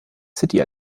city